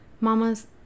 Mamas